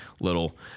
little